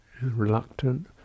reluctant